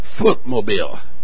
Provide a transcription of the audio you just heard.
Footmobile